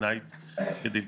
הפלסטינית הוא כדלקמן: